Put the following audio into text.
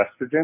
estrogen